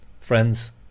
Friends